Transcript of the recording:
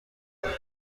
میکنه